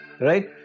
right